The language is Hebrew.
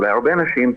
אולי הרבה אנשים,